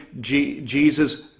Jesus